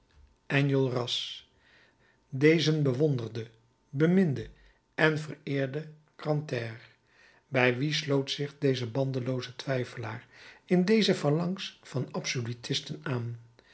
enjolras dezen bewonderde beminde en vereerde grantaire bij wien sloot zich deze bandelooze twijfelaar in dezen phalanx van absolutisten aan